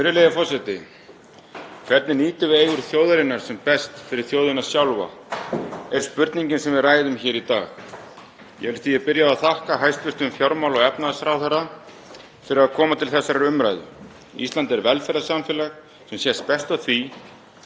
Virðulegur forseti. „Hvernig nýtum við eigur þjóðarinnar sem best fyrir þjóðina sjálfa?“ er spurningin sem við ræðum hér í dag. Ég vil byrja á að þakka hæstv. fjármála- og efnahagsráðherra fyrir að koma til þessarar umræðu. Ísland er velferðarsamfélag sem sést best á því